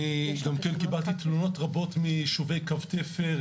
אני גם כן קיבלתי תלונות רבות מיישובי קו התפר.